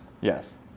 Yes